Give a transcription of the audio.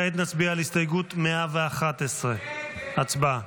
כעת נצביע על הסתייגות 111. הצבעה.